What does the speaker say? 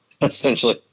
essentially